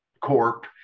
corp